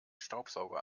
staubsauger